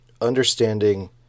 understanding